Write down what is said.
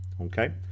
okay